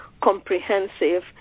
comprehensive